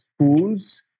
schools